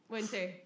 Winter